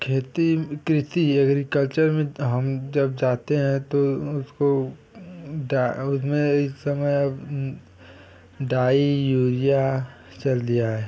खेती कृषि एग्रीकल्चर में हम जब जाते हैं तो उसको उसमें इस समय अब डाई यूरिया चल दिया है